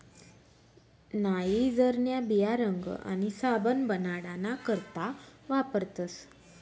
नाइजरन्या बिया रंग आणि साबण बनाडाना करता वापरतस